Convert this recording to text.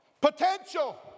potential